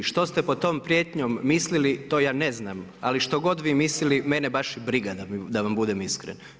Što ste pod tom prijetnjom mislili to ja ne znam, ali što god vi mislili mene baš i briga da vam budem iskren.